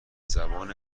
زبان